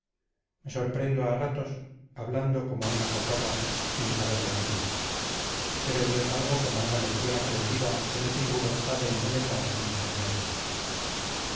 me sorprendo a ratos hablando como una cotorra sin saber lo que digo pero ello es algo como una lección aprendida que me figuro ha de embelesar a los que me oyen